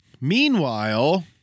Meanwhile